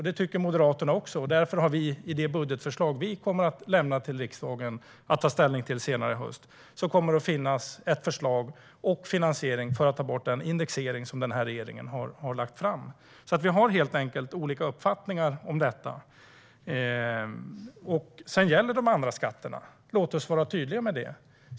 Det tycker Moderaterna också, och därför kommer det i det budgetförslag vi ska lämna till riksdagen att ta ställning till senare i höst att finnas förslag och finansiering för att ta bort den indexering som regeringen har föreslagit. Vi har alltså helt enkelt olika uppfattningar om detta. Sedan gäller det de andra skatterna. Låt oss vara tydliga med det.